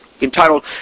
entitled